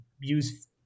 use